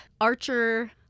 Archer